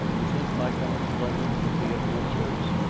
you think my coming to london would be of real service?